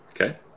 Okay